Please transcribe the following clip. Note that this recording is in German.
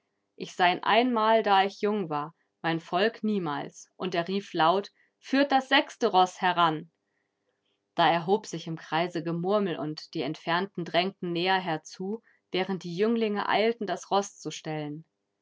ich sah ihn einmal da ich jung war mein volk niemals und er rief laut führt das sechste roß heran da erhob sich im kreise gemurmel und die entfernten drängten näher herzu während die jünglinge eilten das roß zu stellen